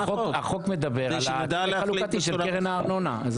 החוק מדובר על הצדק החלוקתי של קרן הארנונה.